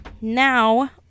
now